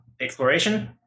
exploration